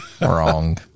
Wrong